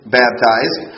baptized